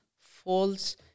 false